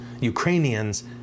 ukrainians